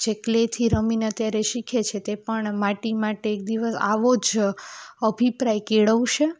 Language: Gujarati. જે ક્લેથી રમીને અત્યારે શીખે છે તે પણ માટી માટે એક દિવસ આવો જ અભિપ્રાય કેળવશે